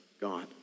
God